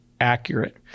accurate